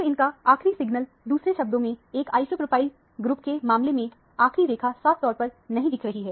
तो इनका आखिरी सिग्नल दूसरे शब्दों में इस आइसोप्रोपाइल ग्रुप के मामले में आखरी रेखा साफ तौर पर नहीं दिख रही है